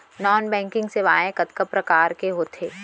non banking सेवाएं कतका प्रकार के होथे